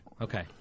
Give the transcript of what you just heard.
Okay